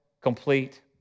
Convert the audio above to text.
complete